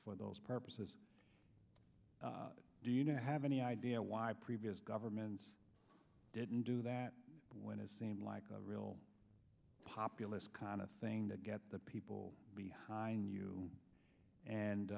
for those purposes do you know have any idea why previous governments didn't do that when it seemed like real populist kind of thing to get the people behind you and